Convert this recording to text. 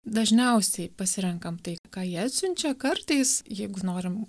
dažniausiai pasirenkam tai ką jie atsiunčia kartais jeigu norim